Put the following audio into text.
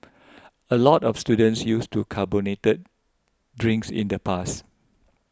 a lot of students used to carbonated drinks in the past